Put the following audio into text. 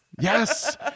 Yes